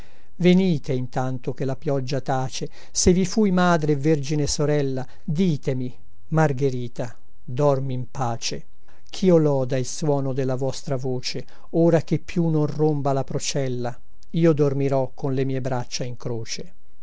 venite intanto che la pioggia tace se vi fui madre e vergine sorella ditemi margherita dormi in pace chio loda il suono della vostra voce ora che più non romba la procella io dormirò con le mie braccia in croce